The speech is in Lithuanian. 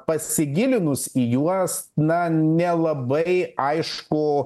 pasigilinus į juos na nelabai aišku